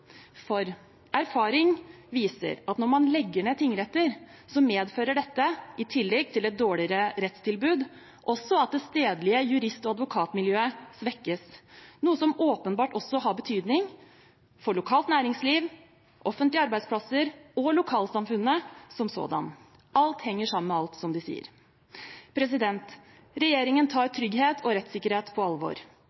for erfaring viser at når man legger ned tingretter, medfører det, i tillegg til et dårligere rettstilbud, at det stedlige jurist- og advokatmiljøet svekkes, noe som åpenbart også har betydning for lokalt næringsliv, offentlige arbeidsplasser og lokalsamfunnene som sådanne. Alt henger sammen med alt, som de sier. Regjeringen tar